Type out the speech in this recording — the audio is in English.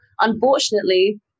unfortunately